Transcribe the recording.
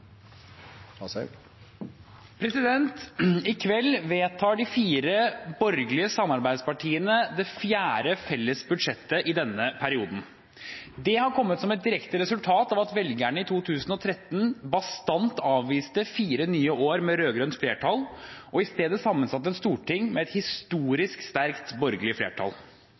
samarbeide. I kveld vedtar de fire borgerlige samarbeidspartiene det fjerde felles budsjettet i denne perioden. Det har kommet som et direkte resultat av at velgerne i 2013 bastant avviste fire nye år med rød-grønt flertall og i stedet satte sammen et storting med et historisk sterkt